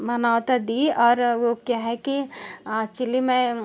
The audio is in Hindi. मान्यता दी और वो क्या है कि एक्चुअली मैं